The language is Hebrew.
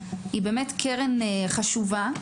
קרן חשובה.